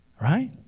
Right